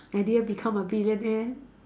I didn't become a billionaire